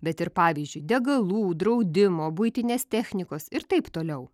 bet ir pavyzdžiui degalų draudimo buitinės technikos ir taip toliau